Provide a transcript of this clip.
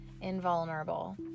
invulnerable